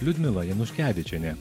liudmila januškevičienė